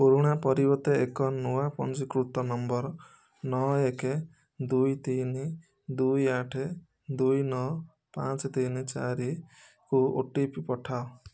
ପୁରୁଣା ପରିବର୍ତ୍ତେ ଏକ ନୂଆ ପଞ୍ଜୀକୃତ ନମ୍ବର୍ ନଅ ଏକ ଦୁଇ ତିନ ଦୁଇ ଆଠ ଦୁଇ ନଅ ପାଞ୍ଚ ତିନି ଚାରିକୁ ଓ ଟି ପି ପଠାଅ